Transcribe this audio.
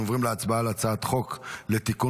אנו עוברים להצבעה על הצעת חוק לתיקון